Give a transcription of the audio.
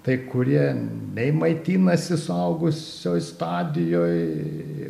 tai kurie nei maitinasi suaugusioj stadijoj